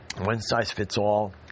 one-size-fits-all